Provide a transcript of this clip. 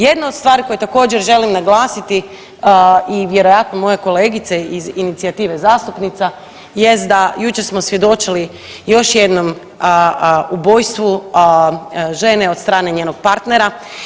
Jednu od stvari koju također želim naglasiti i vjerojatno moje kolegice iz inicijative zastupnica jest da jučer smo svjedočili još jednom ubojstvu žene od strane njenog partnera.